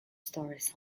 stories